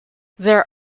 there